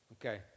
Okay